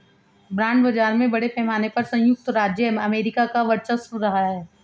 bond बाजार में बड़े पैमाने पर सयुक्त राज्य अमेरिका का वर्चस्व रहा है